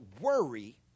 worry